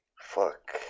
fuck